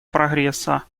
прогресса